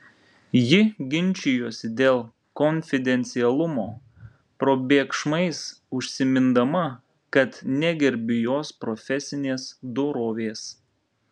ji ginčijosi dėl konfidencialumo probėgšmais užsimindama kad negerbiu jos profesinės dorovės